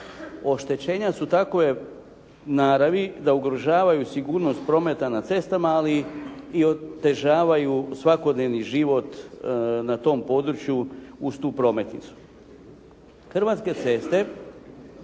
Oštećenja su takove naravi da ugrožavaju sigurnost prometa na cestama, ali i otežavaju svakodnevni život na tom području uz tu prometnicu. Hrvatske ceste